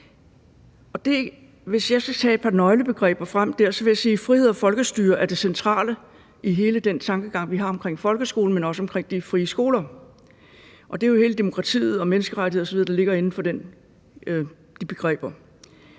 hvis jeg skal tage et par nøglebegreber frem derfra, vil jeg sige, at frihed og folkestyre er det centrale i hele den tankegang, vi har omkring folkeskolen, men også omkring de frie skoler – og det er jo hele demokratiet og alt det med menneskerettigheder osv., der ligger inden for de begreber.